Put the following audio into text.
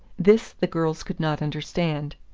this the girls could not understand.